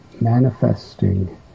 manifesting